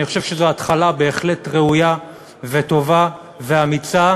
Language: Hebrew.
אני חושב שזו התחלה בהחלט ראויה וטובה ואמיצה.